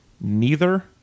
neither-